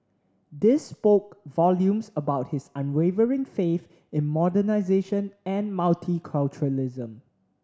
this spoke volumes about his unwavering faith in modernisation and multiculturalism